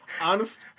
honest